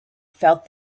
felt